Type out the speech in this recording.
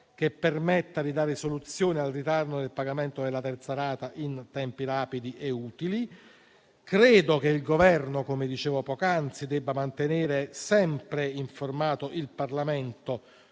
che permetta di dare soluzione al ritardo nel pagamento della terza rata in tempi rapidi e utili. Credo che il Governo - come dicevo poc'anzi - debba mantenere sempre informato il Parlamento